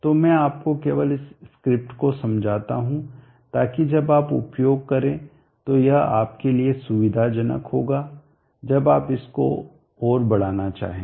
तो मैं आपको केवल इस स्क्रिप्ट को समझाता हूं ताकि जब आप उपयोग करें तो यह आपके लिए सुविधाजनक होगाजब आप इसको और बढाना चाहें